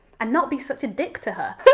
and not be such a dick to her.